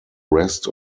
rest